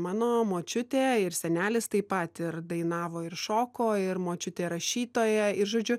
mano močiutė ir senelis taip pat ir dainavo ir šoko ir močiutė rašytoja ir žodžiu